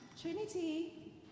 Trinity